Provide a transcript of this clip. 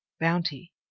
bounty